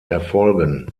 erfolgen